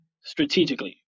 strategically